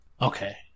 Okay